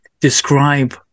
describe